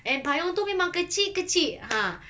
and payung tu memang kecil kecil ha